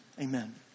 amen